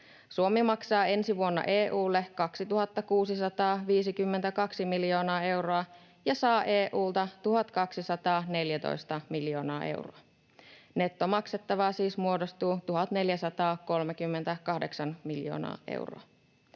Suomi maksaa ensi vuonna EU:lle 2 652 miljoonaa euroa ja saa EU:lta 1 214 miljoonaa euroa. Nettomaksettavaa siis muodostuu 1 438 miljoonaa euroa.